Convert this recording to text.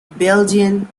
belgian